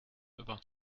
über